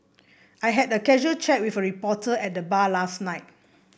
I had a casual chat with a reporter at the bar last night